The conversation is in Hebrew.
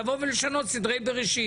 לבוא ולשנות סדרי בראשית.